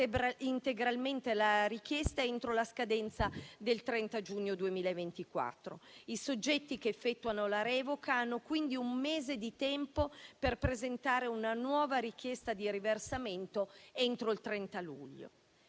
integralmente la richiesta entro la scadenza del 30 giugno 2024. I soggetti che effettuano la revoca hanno quindi un mese di tempo per presentare una nuova richiesta di riversamento entro il 30 luglio.